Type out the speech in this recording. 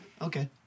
Okay